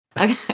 Okay